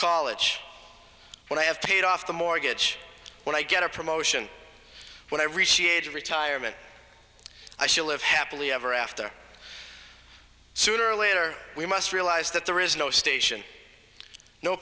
college when i have paid off the mortgage when i get a promotion when i receive retirement i shall live happily ever after sooner or later we must realize that there is no station no